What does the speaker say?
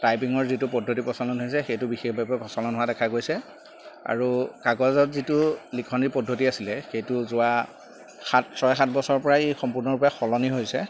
টাইপিঙৰ যিটো পদ্ধতি প্ৰচলন হৈছে সেইটো বিশেষভাৱে প্ৰচলন হোৱা দেখা গৈছে আৰু কাগজত যিটো লিখনিৰ পদ্ধতি আছিলে সেইটো যোৱা সাত ছয় সাত বছৰৰ পৰাই সম্পূৰ্ণৰূপে সলনি হৈছে